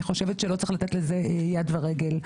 אני חושבת שלא צריך לתת לזה יד ורגל.